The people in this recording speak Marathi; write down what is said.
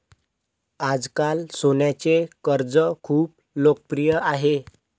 आजकाल सोन्याचे कर्ज खूप लोकप्रिय आहे